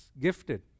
gifted